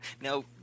Now